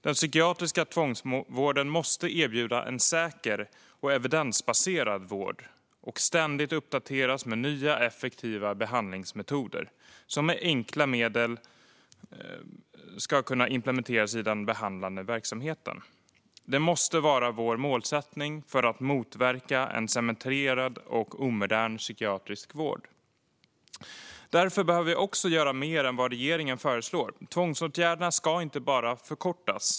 Den psykiatriska tvångsvården måste erbjuda en säker och evidensbaserad vård och ständigt uppdateras med nya effektiva behandlingsmetoder som med enkla medel ska kunna implementeras i den behandlande verksamheten. Detta måste vara vår målsättning för att motverka en cementerad och omodern psykiatrisk vård. Därför behöver vi göra mer än vad regeringen föreslår. Tvångsåtgärderna ska inte bara förkortas.